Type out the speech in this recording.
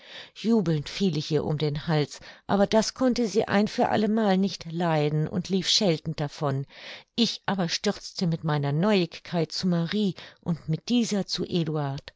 jubelnd fiel ich ihr um den hals aber das konnte sie ein für allemal nicht leiden und lief scheltend davon ich aber stürzte mit meiner neuigkeit zu marie und mit dieser zu